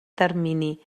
termini